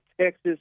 Texas